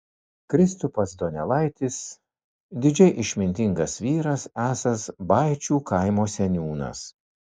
kristupas donelaitis didžiai išmintingas vyras esąs baičių kaimo seniūnas